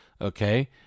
okay